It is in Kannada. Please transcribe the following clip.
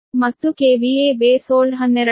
ಮತ್ತು KVA ಬೇಸ್ ಓಲ್ಡ್ 12